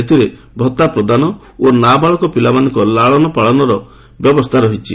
ଏଥିରେ ଭଉା ପ୍ରଦାନ ଓ ନାବାଳକ ପିଲାମାନଙ୍କ ଲାଳନପାଳନର ସୁରକ୍ଷା ବ୍ୟବସ୍ଥା ରହିଛି